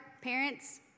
parents